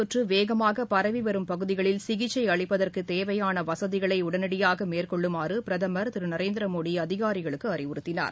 தொற்றுவேகமாகபரவிவரும் virus பகுதிகளில் சிகிச்சைஅளிப்பதற்குதேவையானவசதிகளைஉடனடியாகமேற்கொள்ளுமாறுபிரதமர் திருநரேந்திரமோடிஅதிகாரிகளுக்குஅறிவுறுத்தினார்